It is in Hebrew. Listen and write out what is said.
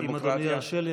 אם אדוני ירשה לי,